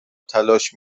تلاش